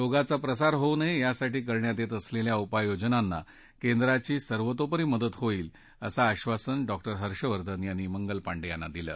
रोगाचा प्रसार होऊ नये यासाठी करण्यात येत असलेल्या उपाययोजनांना केंद्राची सर्वतोपरी मदत होईल असं आधासन डॉ हर्षवर्धन यांनी मंगल पांडे यांना दिले